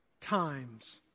times